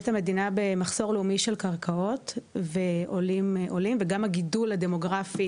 המדינה במחסור לאומי של קרקעות ועולים וגם הגידול הדמוגרפי